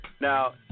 Now